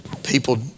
people